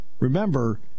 Remember